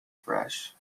fresh